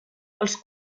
els